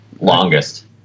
longest